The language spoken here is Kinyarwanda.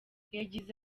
yagize